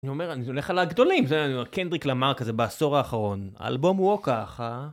אני אומר, אני הולך על הגדולים, זה אני אומר, קנדריק למאר הזה בעשור האחרון, האלבום הוא או ככה...